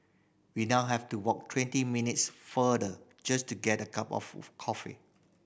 we now have to walk twenty minutes farther just to get a cup of coffee